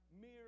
mere